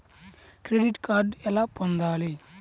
Credit card ఎలా పొందాలి?